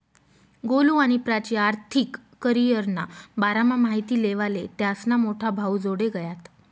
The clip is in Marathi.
गोलु आणि प्राची आर्थिक करीयरना बारामा माहिती लेवाले त्यास्ना मोठा भाऊजोडे गयात